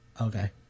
Okay